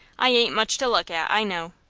i ain't much to look at, i know.